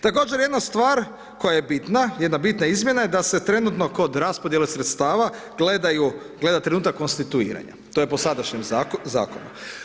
Također jedna stvar koja je bitna, jedna bitna izmjena je da se trenutno kod raspodijele sredstava gledaju, gleda trenutak konstituiranja, to je po sadašnjem Zakonu.